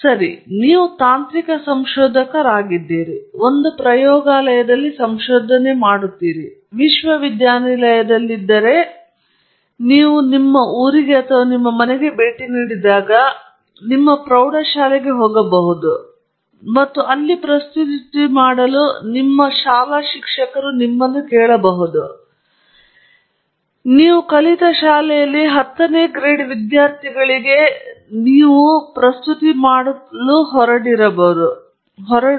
ಸರಿ ನೀವು ತಾಂತ್ರಿಕ ಸಂಶೋಧಕರಾಗಿದ್ದೀರಿ ನೀವು ಒಂದು ಪ್ರಯೋಗಾಲಯದಲ್ಲಿ ಸಂಶೋಧಕರಾಗಿದ್ದೀರಿ ನೀವು ವಿಶ್ವವಿದ್ಯಾನಿಲಯದಲ್ಲಿದ್ದರೆ ನೀವು ನಿಮ್ಮ ಮನೆಗೆ ಭೇಟಿ ನೀಡಿದಾಗ ನಿಮ್ಮ ಪ್ರೌಢಶಾಲೆಗೆ ಹೋಗಬಹುದು ಮತ್ತು ಪ್ರಸ್ತುತಿ ಮಾಡಲು ನಿಮ್ಮ ಶಾಲಾ ಶಿಕ್ಷಕರು ನಿಮ್ಮನ್ನು ಕೇಳಬಹುದು ನಿಮ್ಮ ಶಾಲೆಯಲ್ಲಿ ಹತ್ತನೇ ಗ್ರೇಡ್ ವಿದ್ಯಾರ್ಥಿಗಳು ಅಥವಾ ಹತ್ತನೇ ತರಗತಿಯ ವಿದ್ಯಾರ್ಥಿಗಳಿಗೆ ಹೇಳಲು